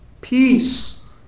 peace